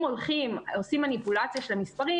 אם הולכים ועושים מניפולציה של מספרים,